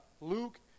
Luke